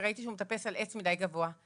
וראיתי שהוא מטפס על עץ גבוה מדי,